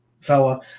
fella